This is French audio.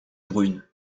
brune